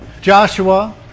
Joshua